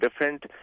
different